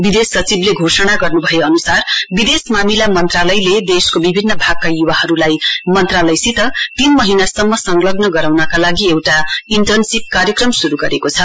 विदेश सचिवले घोषणा गर्न्भए अन्सार विदेश मामिला मन्त्रालयले देशको विभिन्न भागका युवाहरूलाई मन्त्रालयसित तीन महीना सम्म संलग्न गराउनका लागि एउटा इन्टर्नशिप कार्यक्रम श्रु गरेको छ